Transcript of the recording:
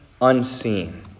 unseen